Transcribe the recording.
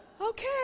Okay